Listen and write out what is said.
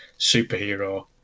Superhero